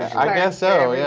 i guess so, yeah.